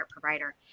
provider